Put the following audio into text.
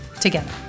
together